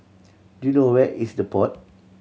do you know where is The Pod